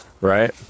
right